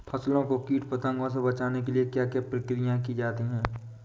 फसलों को कीट पतंगों से बचाने के लिए क्या क्या प्रकिर्या की जाती है?